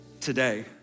today